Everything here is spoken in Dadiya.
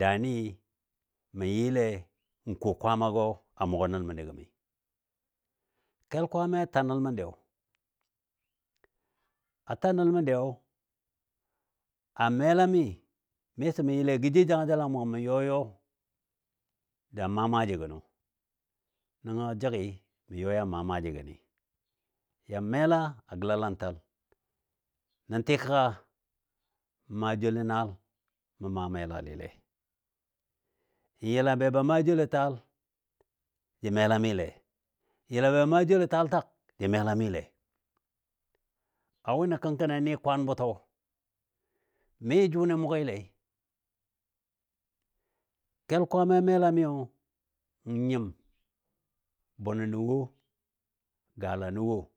daani mə yɨle ko kwaammagɔ a mʊgɔ nəl məndi gəmi. Kel kwaamayo ta nəl məndi, a ta nəl məndi a mela mi miso mə yɨle gə jou jangajel a mə gəm mə yɔ yɔ ya maa maaji gənɔ. Nəngɔ a jəggi mə yɔ ya mə maa maaji gəni. Yan mela a gəlalantal. Nə tikəga n maa joulo naal mə maa melalile. N yəla be ban maa joulo taal, jə melamile, yəla ban maa joulo taal tak jə melamile. Wʊni kənkɔni a n kwan bʊtɔ mi jʊni mʊgailei, kel Kwaamai a melamiyo n nyim bʊnənɔ wo galanɔ wo